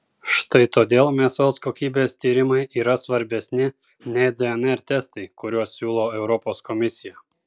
štai todėl mėsos kokybės tyrimai yra svarbesni nei dnr testai kuriuos siūlo europos komisija